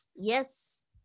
Yes